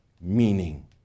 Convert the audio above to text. meaning